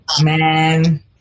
man